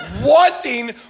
wanting